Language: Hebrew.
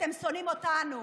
אתם שונאים אותנו.